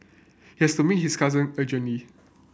he had to meet his cousin urgently